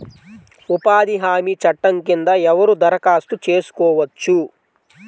ఉపాధి హామీ చట్టం కింద ఎవరు దరఖాస్తు చేసుకోవచ్చు?